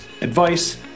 advice